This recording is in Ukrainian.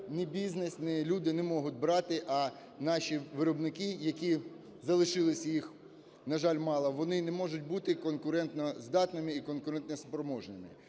ні бізнес, ні люди не можуть брати, а наші виробники, які залишилося їх, на жаль, мало, вони не можуть бути конкурентоздатними і конкурентоспроможними.